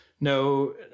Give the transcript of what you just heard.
No